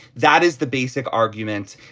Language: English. that is the basic argument.